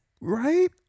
right